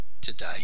today